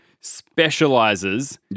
specializes